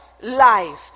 life